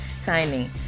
signing